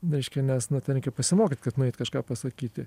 reiškia nes nu ten reikia pasimokyt kad nueit kažką pasakyti